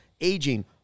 aging